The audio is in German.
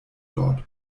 dort